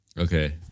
Okay